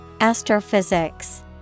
astrophysics